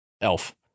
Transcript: Elf